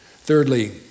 Thirdly